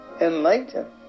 enlightened